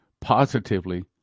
positively